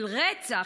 של רצח,